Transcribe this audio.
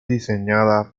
diseñada